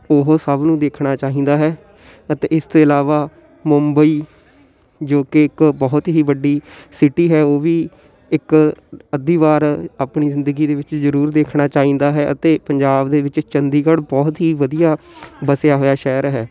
ਉਹ ਸਭ ਨੂੰ ਦੇਖਣਾ ਚਾਹੀਦਾ ਹੈ ਅਤੇ ਇਸ ਤੋਂ ਇਲਾਵਾ ਮੁੰਬਈ ਜੋ ਕਿ ਇੱਕ ਬਹੁਤ ਹੀ ਵੱਡੀ ਸਿਟੀ ਹੈ ਉਹ ਵੀ ਇੱਕ ਅੱਧੀ ਵਾਰ ਆਪਣੀ ਜ਼ਿੰਦਗੀ ਦੇ ਵਿੱਚ ਜ਼ਰੂਰ ਦੇਖਣਾ ਚਾਹੀਦਾ ਹੈ ਅਤੇ ਪੰਜਾਬ ਦੇ ਵਿੱਚ ਚੰਡੀਗੜ੍ਹ ਬਹੁਤ ਹੀ ਵਧੀਆ ਵਸਿਆ ਹੋਇਆ ਸ਼ਹਿਰ ਹੈ